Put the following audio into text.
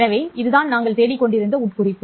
எனவே இதுதான் நாங்கள் தேடிக்கொண்டிருந்த உட்குறிப்பு